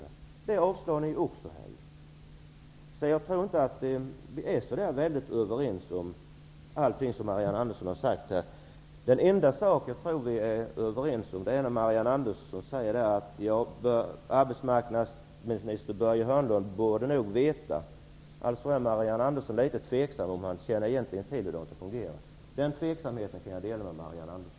Men det avstyrker ni. Jag tror inte att vi är så väldigt överens om allting som Marianne Andersson säger. Den enda sak där vi är överens är när Marianne Andersson säger att arbetsmarknadsminister Börje Hörnlund nog borde veta. Marianne Andersson är alltså tveksam om han egentligen känner till hur det fungerar. Den tveksamheten kan jag dela med Marianne